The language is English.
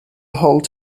hold